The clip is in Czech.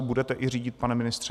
Budete i řídit, pane ministře?